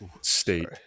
state